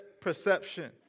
perception